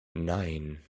nein